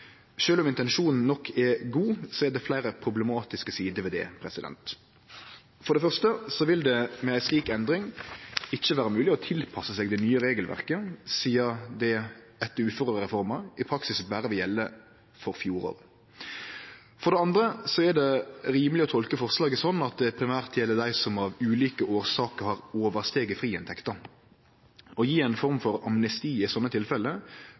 om intensjonen nok er god, er det fleire problematiske sider ved det. For det første vil det med ei slik endring ikkje vere mogleg å tilpasse seg det nye regelverket, sidan det etter uførereforma i praksis berre vil gjelde for fjoråret. For det andre er det rimeleg å tolke forslaget slik at det primært gjeld dei som av ulike årsaker har overstige friinntekta. Å gje ei form for amnesti i slike tilfelle,